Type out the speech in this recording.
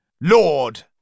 Lord